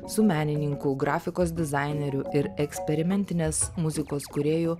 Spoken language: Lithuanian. su menininku grafikos dizaineriu ir eksperimentinės muzikos kūrėju